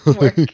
work